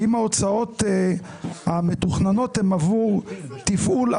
האם ההוצאות המתוכננות הן עבור תפעול,